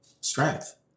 strength